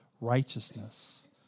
righteousness